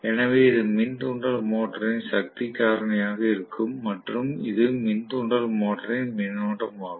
எனவே இது மின் தூண்டல் மோட்டரின் சக்தி காரணியாக இருக்கும் மற்றும் இது மின் தூண்டல் மோட்டரின் மின்னோட்டமாகும்